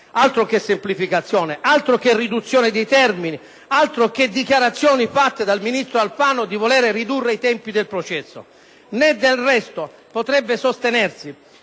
Altro che semplificazione; altro che riduzione di termini; altro che dichiarazioni fatte dal ministro Alfano di voler ridurre i tempi del processo. Ne´ del resto potrebbe sostenersi